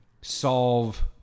solve